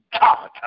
God